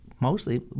mostly